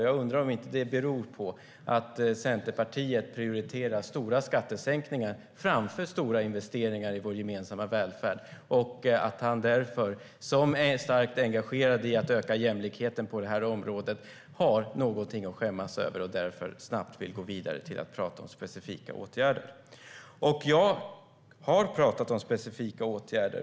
Jag undrar om inte det beror på att Centerpartiet prioriterar stora skattesänkningar framför stora investeringar i vår gemensamma välfärd och att han, som starkt engagerad i att öka jämlikheten på det här området, har någonting att skämmas över och därför snabbt vill gå vidare till att tala om specifika åtgärder. Jag har talat om specifika åtgärder.